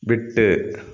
விட்டு